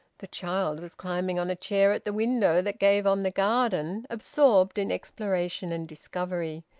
the child was climbing on a chair at the window that gave on the garden, absorbed in exploration and discovery,